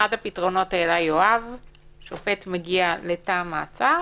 יואב העלה את אחד מהפתרונות והוא ששופט מגיע לתא המעצר,